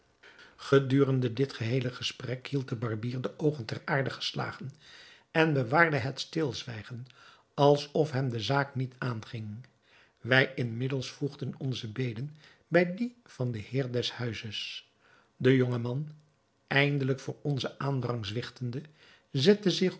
gedurende dit geheele gesprek hield de barbier de oogen ter aarde geslagen en bewaarde het stilzwijgen alsof hem de zaak niet aanging wij inmiddels voegden onze beden bij die van den heer des huizes de jonge man eindelijk voor onzen aandrang zwichtende zette zich